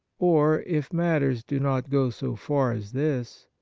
or, if matters do not go so far as this,